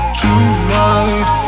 tonight